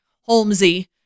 Holmesy